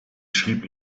schrieb